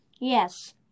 Yes